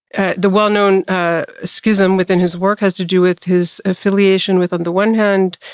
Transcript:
ah the well-known schism, within his work, has to do with his affiliation with, on the one hand,